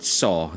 saw